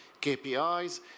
KPIs